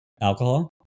alcohol